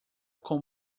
com